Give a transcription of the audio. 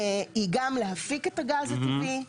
היא גם להפיק את הגז הטבעי,